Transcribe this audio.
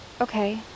Okay